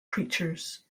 creatures